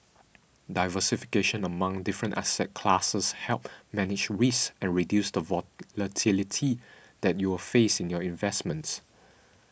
diversification among different asset classes helps manage risk and reduce the volatility that you will face in your investments